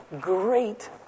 great